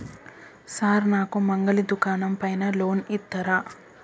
Sir నాకు మంగలి దుకాణం పైన లోన్ ఇత్తరా?